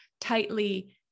tightly